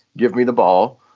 give me the ball.